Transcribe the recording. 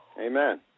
Amen